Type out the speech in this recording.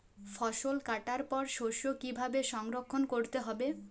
ফসল কাটার পর শস্য কীভাবে সংরক্ষণ করতে হবে?